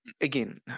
again